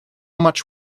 much